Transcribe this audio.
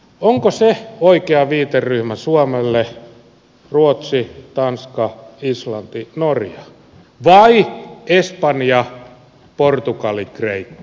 onko se oikea viiteryhmä suomelle ruotsi tanska islanti norja vai espanja portugali kreikka